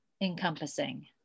encompassing